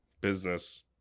business